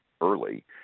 early